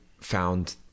found